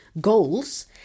goals